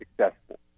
successful